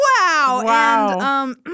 Wow